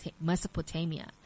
Mesopotamia